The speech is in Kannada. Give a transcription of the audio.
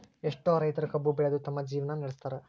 ಎಷ್ಟೋ ರೈತರು ಕಬ್ಬು ಬೆಳದ ತಮ್ಮ ಜೇವ್ನಾ ನಡ್ಸತಾರ